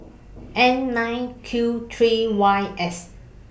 N nine Q three Y S